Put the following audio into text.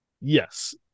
Yes